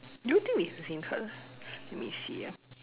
do you think we have the same cards let me see ah